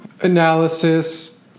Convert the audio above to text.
analysis